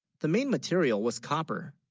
the, main material was copper